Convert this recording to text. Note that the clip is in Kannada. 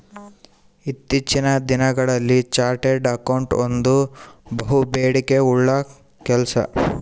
ಇತ್ತೀಚಿನ ದಿನಗಳಲ್ಲಿ ಚಾರ್ಟೆಡ್ ಅಕೌಂಟೆಂಟ್ ಒಂದು ಬಹುಬೇಡಿಕೆ ಉಳ್ಳ ಕೆಲಸ